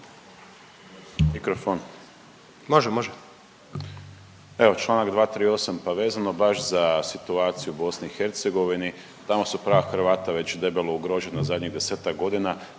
Može, može./... Evo, čl. 238, pa vezano baš za situaciju u BiH, tamo su prava Hrvata već debelo ugroženo zadnjih 10-ak godina,